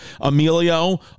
Emilio